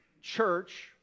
church